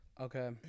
Okay